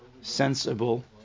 sensible